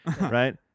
right